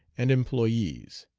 and employes.